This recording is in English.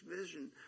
vision